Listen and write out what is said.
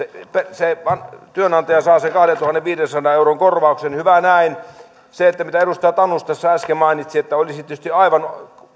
työnantaja saa sen kahdentuhannenviidensadan euron korvauksen hyvä näin mitä edustaja tanus tässä äsken mainitsi niin olisi tietysti aivan